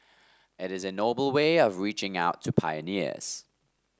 it is a noble way of reaching out to pioneers